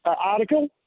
article